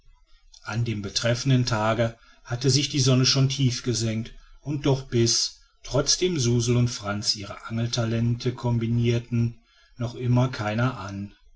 an dem betreffenden tage hatte sich die sonne schon tief gesenkt und doch biß trotzdem suzel und frantz ihre angeltalente combinirten noch immer keiner an